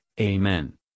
Amen